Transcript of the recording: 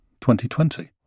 2020